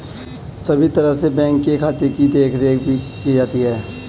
सभी तरह से बैंक के खाते की देखरेख भी की जाती है